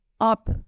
up